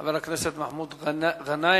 חבר הכנסת מסעוד גנאים,